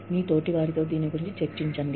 మీ తోటివారితో దీని గురించి చర్చించండి